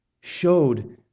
showed